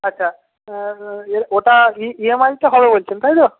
আচ্ছা ওটার ই এম আইতে হবে বলছেন তাই তো